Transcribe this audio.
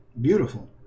Beautiful